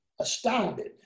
astounded